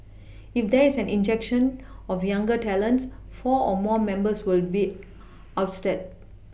if there is an injection of younger talents four or more members will be ousted